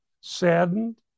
saddened